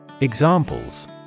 Examples